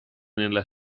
nella